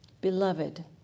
Beloved